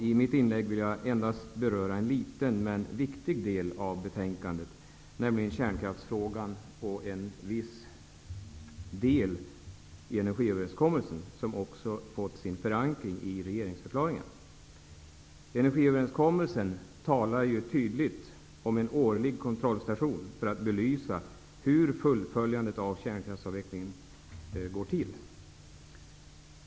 I mitt inlägg vill jag endast beröra en liten men viktig del av betänkandet, nämligen kärnkraftsfrågan och en viss del i energiöverenskommelsen, som också fått sin förankring i regeringsförklaringen. Energiöverenskommelsen talar tydligt om en årlig kontrollstation för att vi skall belysa hur fullföljandet av kärnkraftsavvecklingen går till.